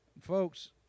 folks